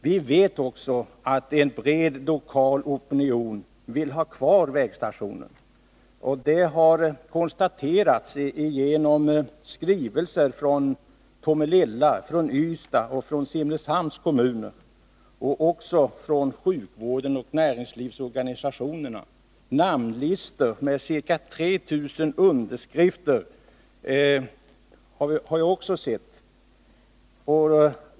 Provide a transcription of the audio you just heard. Vi vet också att en bred lokal opinion vill ha kvar vägstationen. Det har konstaterats genom skrivelser från Tomelilla, Ystads och Simrishamns kommuner liksom även från sjukvården och näringslivsorganisationerna. Jag har också sett namnlistor med ca 3 000 underskrifter.